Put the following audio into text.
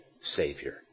Savior